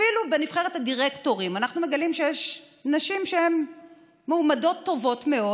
אפילו בנבחרת הדירקטורים אנחנו מגלים שיש נשים שהן מועמדות טובות מאוד,